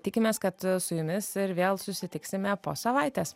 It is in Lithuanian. tikimės kad su jumis ir vėl susitiksime po savaitės